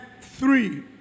three